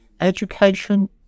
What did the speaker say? education